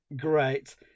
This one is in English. great